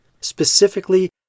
Specifically